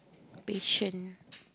patient